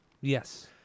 Yes